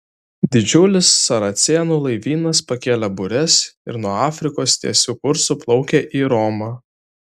didžiulis saracėnų laivynas pakėlė bures ir nuo afrikos tiesiu kursu plaukia į romą